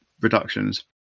reductions